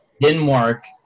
Denmark